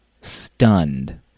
stunned